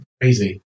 Crazy